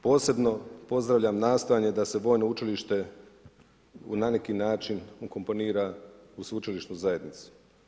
Posebno pozdravljam nastojanje da se vojno učilište u na neki način ukomponira u sveučilišnu zajednicu.